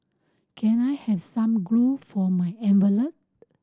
can I have some glue for my envelope